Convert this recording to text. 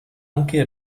anche